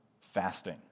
fasting